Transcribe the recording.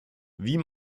wie